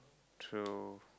through